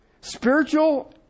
Spiritual